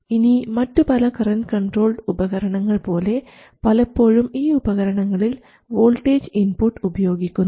ഇനി മറ്റു പല കറൻറ് കൺട്രോൾഡ് ഉപകരണങ്ങൾ പോലെ പലപ്പോഴും ഈ ഉപകരണങ്ങളിൽ വോൾട്ടേജ് ഇൻപുട്ട് ഉപയോഗിക്കുന്നു